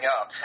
up